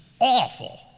awful